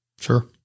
Sure